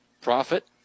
Profit